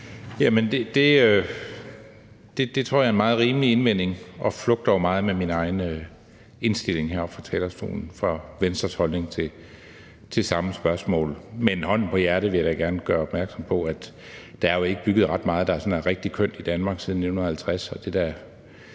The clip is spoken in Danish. det tror jeg er en meget rimelig indvending, og den flugter jo meget med min egen indstilling heroppe fra talerstolen, altså Venstres holdning til samme spørgsmål. Men med hånden på hjertet vil jeg da gerne gøre opmærksom på, at der ikke er bygget ret meget i Danmark, der er sådan rigtig kønt, siden 1950,